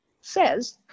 says